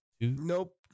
Nope